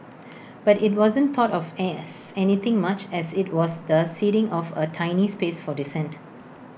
but IT wasn't thought of as anything much as IT was the ceding of A tiny space for dissent